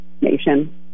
nation